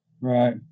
Right